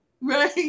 Right